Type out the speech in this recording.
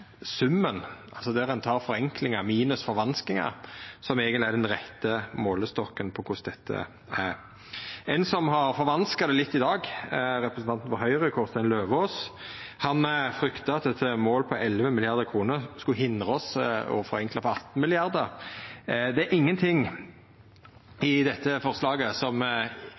summen – altså forenklingar minus forvanskingar – som er den rette målestokken på korleis det er. Ein som har forvanska det litt i dag, er Høgre-representanten Kårstein Eidem Løvaas. Han fryktar at eit mål på 11 mrd. kr skulle hindra oss i å forenkla med 18 mrd. kr. Det er ingenting i dette forslaget som